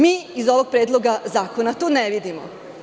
Mi iz ovog predloga zakona to ne vidimo.